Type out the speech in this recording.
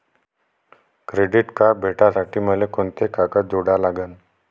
Credit card भेटासाठी मले कोंते कागद जोडा लागन?